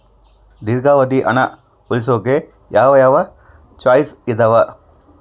ದೇರ್ಘಾವಧಿ ಹಣ ಉಳಿಸೋಕೆ ಯಾವ ಯಾವ ಚಾಯ್ಸ್ ಇದಾವ?